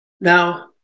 Now